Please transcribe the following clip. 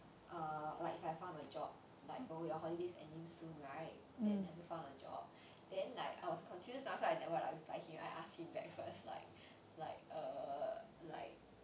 err like if I found a job like oh your holidays ending soon right then have you found a job then like I was confused mah so I never like reply him I ask him back first like like err like